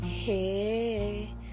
hey